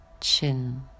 chin